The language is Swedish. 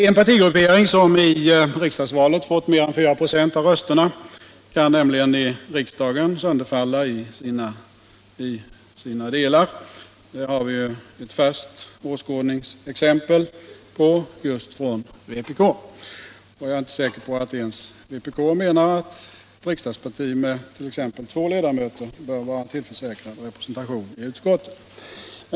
En partigruppering som i riksdagsvalet fått mer än 4 96 av rösterna kan nämligen i riksdagen sönderfalla i sina delar. Det har vi ju ett färskt åskådningsexempel på just från vpk, och jag är inte säker på att ens vpk menar att riksdagspartier med t.ex. två ledamöter bör vara tillförsäkrade representation i utskotten.